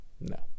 No